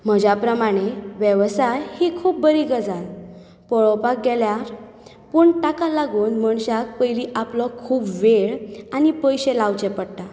म्हज्या प्रमाणे वेवसाय ही खूब बरी गजाल पोळोपाक गेल्यार पूण ताका लागून मनशाक पयलीं आपलो खूब वेळ आनी पयशे लावचे पडटा